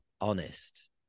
honest